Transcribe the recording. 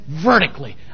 vertically